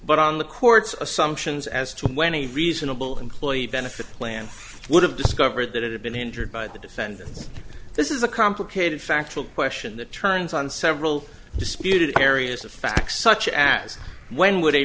but on the court's assumptions as to when the reasonable employee benefit plan would have discovered that it had been injured by the defendant this is a complicated factual question that turns on several disputed areas of facts such as when would a